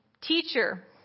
Teacher